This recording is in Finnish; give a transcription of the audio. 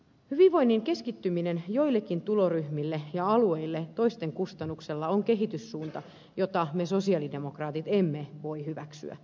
hyvinvoinnin keskittyminen joillekin tuloryhmille ja alueille toisten kustannuksella on kehityssuunta jota me sosialidemokraatit emme voi hyväksyä